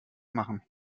machen